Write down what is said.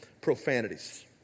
Profanities